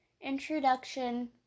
introduction